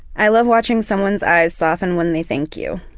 i love watching someone's eyes soften when they thank you.